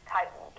Titan